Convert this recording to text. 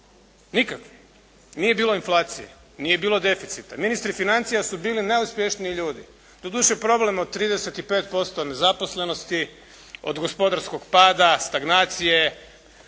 Nikakve. Nije bilo inflacije, nije bilo deficita. Ministri financija su bili najuspješniji ljudi. Doduše, problem od 35% nezaposlenosti, od gospodarskog pada, stagnacije,